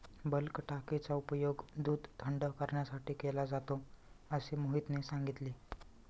bulk टाकीचा उपयोग दूध थंड करण्यासाठी केला जातो असे मोहितने सांगितले